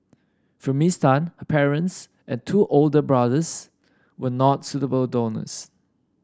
for Miss Tan her parents and two older brothers were not suitable donors